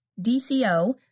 DCO